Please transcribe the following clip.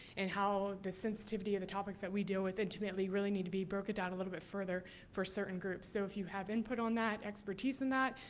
and, how the sensitivity of the topics that we deal with intimately really need to be broken down a little bit further for certain groups. so, if you have input on that, expertise in that,